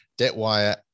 DebtWire